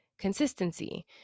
consistency